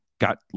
Got